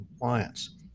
compliance